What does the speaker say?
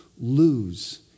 lose